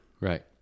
Right